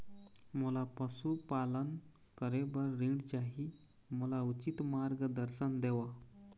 मोला पशुपालन करे बर ऋण चाही, मोला उचित मार्गदर्शन देव?